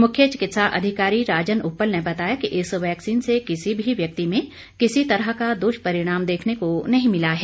मुख्य चिकित्सा अधिकारी राजन उप्पल ने बताया कि इस वैक्सीन से किसी भी व्यक्ति में किसी तरह का द्वष्परिणाम देखने को नहीं मिला है